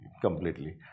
completely